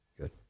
Good